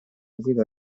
guida